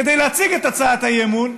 כדי להציג את הצעת האי-אמון,